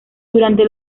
durante